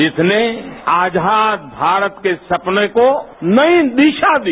जिसने आजाद भारत के सपने को नई दिग्रा दी